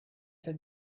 had